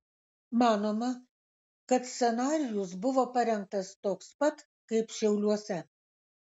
manoma kad scenarijus buvo parengtas toks pat kaip šiauliuose